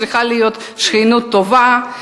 צריכה להיות שכנות טובה.